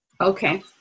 Okay